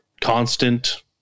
constant